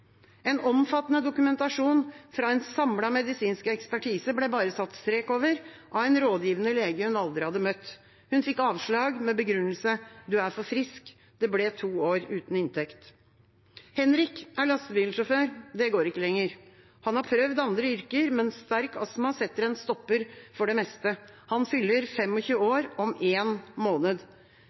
En omfattende dokumentasjon fra en samlet medisinsk ekspertise ble bare satt strek over, av en rådgivende lege hun aldri hadde møtt. Hun fikk avslag, med begrunnelse: Du er for frisk. Det ble to år uten inntekt. Henrik er lastebilsjåfør. Det går ikke lenger. Han har prøvd andre yrker, men sterk astma setter en stopper for det meste. Han fyller 25 år om en måned.